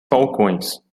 falcões